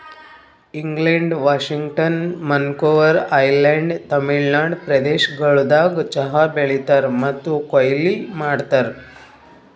England, Washington, Vancouver island, Tamil Nadu ಪ್ರದೇಶಗೊಳ್ದಾಗ್ ಚಹಾ ಬೆಳೀತಾರ್ ಮತ್ತ ಕೊಯ್ಲಿ ಮಾಡ್ತಾರ್